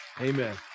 Amen